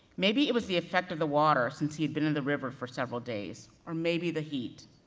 maybe it was the effect of the water, since he had been in the river for several days, or maybe the heat,